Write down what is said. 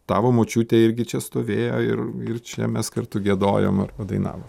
tavo močiutė irgi čia stovėjo ir ir čia mes kartu giedojom arba dainavom